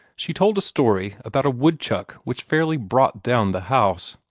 she told a story about a woodchuck which fairly brought down the house.